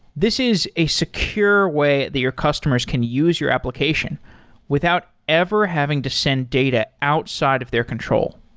this is a secure way the your customers can use your application without ever having to send data outside of their control.